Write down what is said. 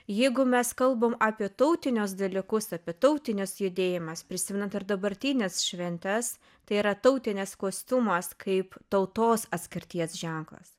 jeigu mes kalbam apie tautinius dalykus apie tautinius judėjimas prisimenant ir dabartines šventes tai yra tautinis kostiumas kaip tautos atskirties ženklas